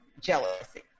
jealousy